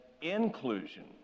inclusion